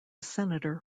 senator